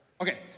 Okay